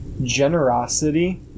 generosity